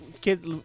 kids